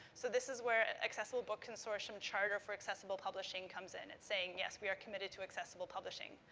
so, this is where accessible book consortium charter for accessible publishing comes in. it's saying, yes, we are committed to accessible publishing.